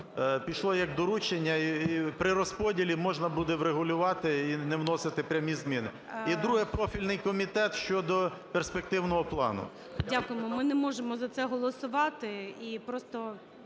пішло як доручення і при розподілі можна буде врегулювати і не вносити прямі зміни. І друге. Профільний комітет щодо перспективного плану. ГОЛОВУЮЧИЙ. Дякуємо. Ми не можемо за це голосувати.